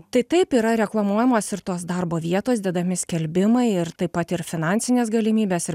tai taip yra reklamuojamos ir tos darbo vietos dedami skelbimai ir taip pat ir finansinės galimybės ir